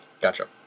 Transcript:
Gotcha